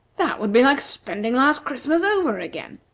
that would be like spending last christmas over again!